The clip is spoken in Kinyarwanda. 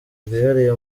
rwihariye